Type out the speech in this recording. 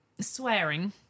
swearing